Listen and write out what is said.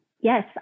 Yes